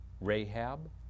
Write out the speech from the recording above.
Rahab